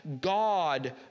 God